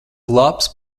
labs